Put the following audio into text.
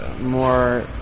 more